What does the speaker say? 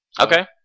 okay